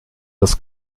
das